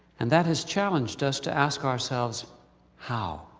and that has challenged us to ask ourselves how?